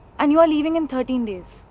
and you're leaving in thirteen days.